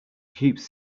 keeps